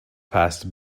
past